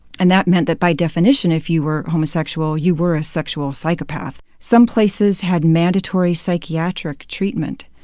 and that meant that by definition, if you were homosexual, you were a sexual psychopath. some places had mandatory psychiatric treatment.